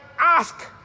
ask